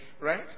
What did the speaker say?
right